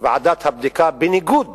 ועדת הבדיקה בניגוד